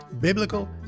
biblical